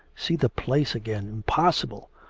see the place again impossible!